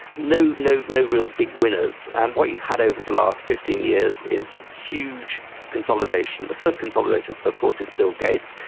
no no real big winners. and what you've had over the last fifteen years is huge consolidation, the first consolidation of course is bill gates,